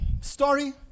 story